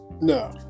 No